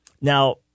Now